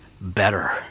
better